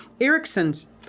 Erickson's